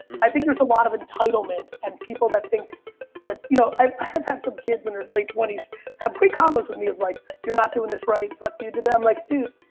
i think there's a lot of entitlement and people that think that, you know, i've i've had some kids in their late twenties have great convos with me of like, you're not doing this right. fuck you to them. like, dude,